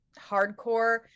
hardcore